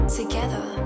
together